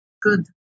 Good